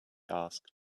asked